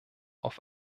auf